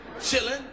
chilling